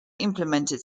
implemented